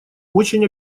очень